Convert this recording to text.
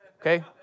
okay